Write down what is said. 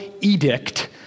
edict